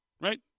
right